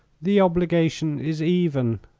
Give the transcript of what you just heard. the obligation is even,